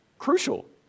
Crucial